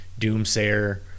doomsayer